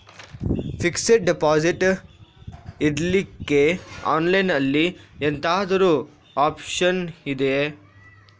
Fixed deposit ಇಡ್ಲಿಕ್ಕೆ online ಅಲ್ಲಿ ಎಂತಾದ್ರೂ ಒಪ್ಶನ್ ಇದ್ಯಾ?